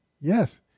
Yes